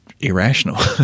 irrational